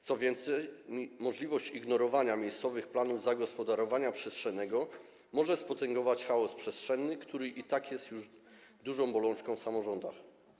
Co więcej, możliwość ignorowania miejscowych planów zagospodarowania przestrzennego może spotęgować chaos przestrzenny, który i tak jest już dużą bolączką samorządową.